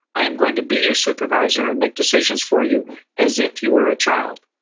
i am going to be your supervisor and make decisions for you as if you were a child.